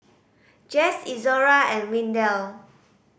Jess Izora and Windell